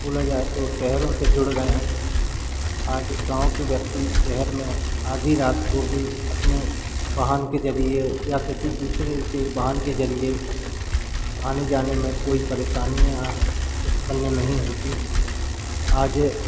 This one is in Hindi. बोला जाए तो शहरों से जुड़ गए हैं आज गाँव के व्यक्ति शहर में आधी रात को भी अपने वाहन के जरिए या किसी दूसरे के वाहन के जरिए आने जाने में कोई परेशानियाँ उत्पन्न नहीं होती आज